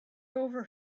over